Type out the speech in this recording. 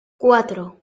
cuatro